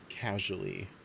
casually